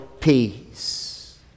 peace